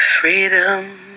Freedom